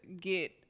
get